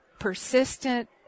persistent